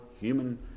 human